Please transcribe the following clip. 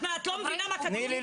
את לא מבינה מה כתוב פה?